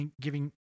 giving